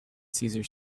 cesar